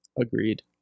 Agreed